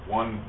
one